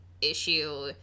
issue